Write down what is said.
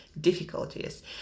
difficulties